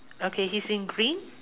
okay he's in green